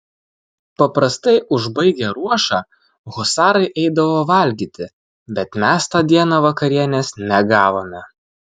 paprastai užbaigę ruošą husarai eidavo valgyti bet mes tą dieną vakarienės negavome